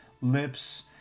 lips